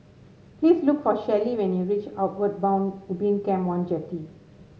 please look for Shelly when you reach Outward Bound Ubin Camp one Jetty